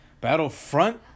Battlefront